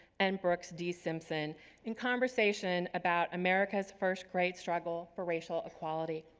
and brooks d. simpson and conversation about america's first great struggle for racial equality.